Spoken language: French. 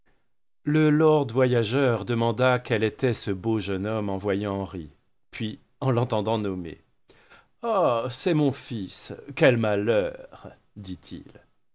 le lord voyageur demanda quel était ce beau jeune homme en voyant henri puis en l'entendant nommer ah c'est mon fils quel malheur dit-il